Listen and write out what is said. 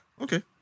Okay